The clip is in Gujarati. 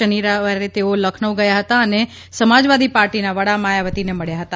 શનિવારે તેઓ લખનઉ ગયા હતા અને સમાજવાદી પાર્ટીના વડા માયાવતીને મળ્યા હતા